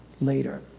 later